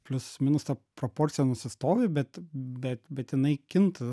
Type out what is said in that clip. plius minus ta proporcija nusistovi bet bet bet jinai kinta